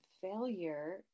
failure